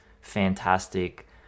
fantastic